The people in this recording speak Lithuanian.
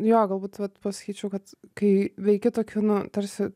jo galbūt vat pasakyčiau kad kai veiki tokiu nu tarsi